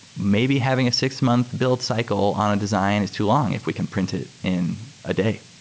maybe having a six-month build cycle on design is too long if we can print it in a day.